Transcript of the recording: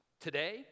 today